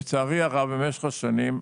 לצערי הרב, במשך השנים,